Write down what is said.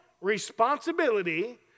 responsibility